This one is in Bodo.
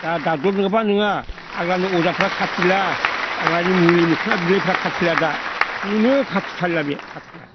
दा ड'क्टर नङाब्लानो नङा आग्लानि अजाफ्रा खाथिला आग्लानि मुलि मोखना बिलायफोरा खाथिला दा खुनु खाथिथारला बे खाथिया